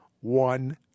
one